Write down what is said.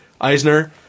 Eisner